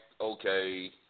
okay